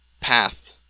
path